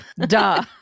Duh